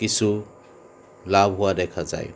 কিছু লাভ হোৱা দেখা যায়